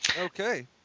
Okay